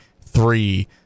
three